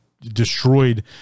destroyed